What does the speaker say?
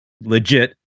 legit